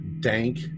dank